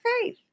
faith